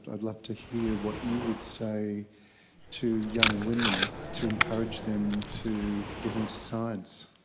i'd love to hear what you would say to young women to encourage them to get into science.